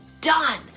done